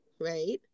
right